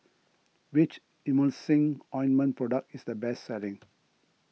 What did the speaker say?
which Emulsying Ointment Product is the best selling